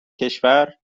کشور